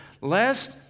lest